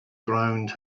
ground